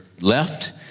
left